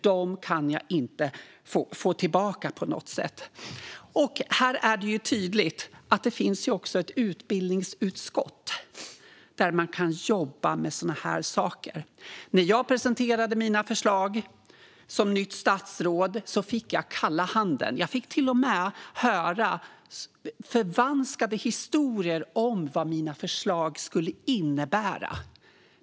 Dem kan jag inte få tillbaka på något sätt. Här är det tydligt att det också finns ett utbildningsutskott där man kan jobba med sådana här saker. När jag som nytt statsråd presenterade mina förslag fick jag kalla handen. Jag fick till och med höra förvanskade historier om vad mina förslag skulle innebära.